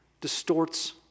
distorts